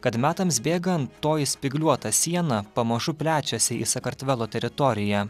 kad metams bėgant toji spygliuota siena pamažu plečiasi į sakartvelo teritoriją